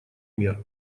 мер